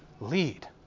lead